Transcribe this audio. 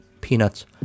Peanuts